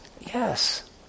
Yes